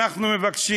אנחנו מבקשים,